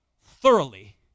thoroughly